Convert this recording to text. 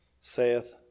saith